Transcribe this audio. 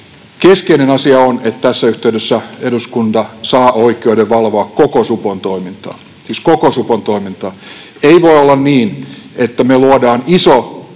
Keskeinen asia on, että tässä yhteydessä eduskunta saa oikeuden valvoa koko supon toimintaa, siis koko supon toimintaa.